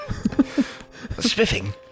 spiffing